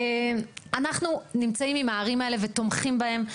אנחנו נמצאים עם הערים האלה ותומכים בהן,